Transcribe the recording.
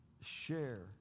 share